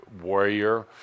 warrior –